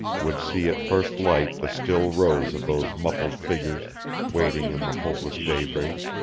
would see at first light the still rows of those muffled figures waiting in the hopeless daybreak.